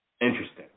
Interesting